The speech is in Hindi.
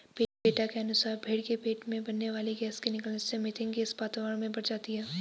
पेटा के अनुसार भेंड़ के पेट में बनने वाली गैस के निकलने से मिथेन गैस वातावरण में बढ़ जाती है